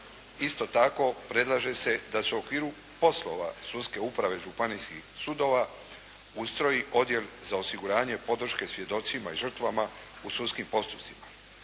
Isto tako predlaže se da se u okviru poslova sudske uprave županijskih sudova ustroji odjel za osiguranje podrške svjedocima, žrtvama u sudskim postupcima.